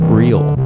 real